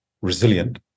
resilient